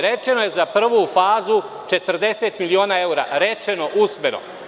Rečeno je za prvu fazu 40 miliona evra, usmeno.